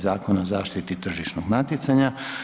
Zakona o zaštiti tržišnog natjecanja.